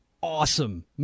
awesome